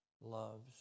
loves